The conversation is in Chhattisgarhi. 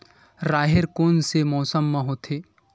राहेर कोन से मौसम म होथे?